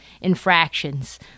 infractions